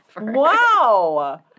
Wow